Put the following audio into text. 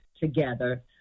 together